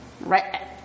Right